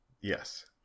yes